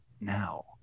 now